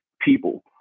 people